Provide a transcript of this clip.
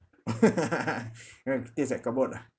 ya taste like cardboard ah